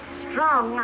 strong